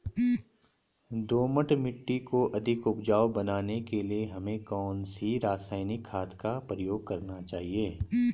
दोमट मिट्टी को अधिक उपजाऊ बनाने के लिए हमें कौन सी रासायनिक खाद का प्रयोग करना चाहिए?